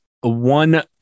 one